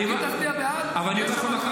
אם תצביע בעד --- עולה, אבל אני יודע מה קרה.